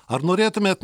ar norėtumėt